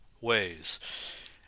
ways